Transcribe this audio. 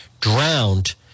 drowned